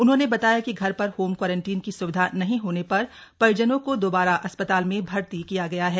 उन्होंने बताया कि घर पर होम क्वारंटीन की स्विधा नहीं होने पर परिजनों को दोबारा अस्पताल में भर्ती किया गया है